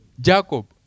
Jacob